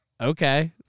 okay